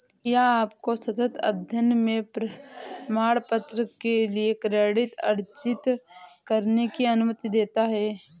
यह आपको सतत अध्ययन में प्रमाणपत्र के लिए क्रेडिट अर्जित करने की अनुमति देता है